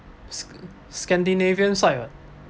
s~ scandinavian side [what]